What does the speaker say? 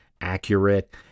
accurate